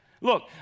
Look